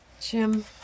Jim